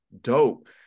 dope